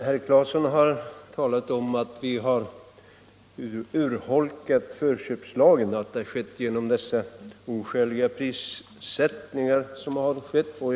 Herr talman! Herr Claeson sade att förköpslagen har urholkats genom de oskäliga prissättningar som ägt rum.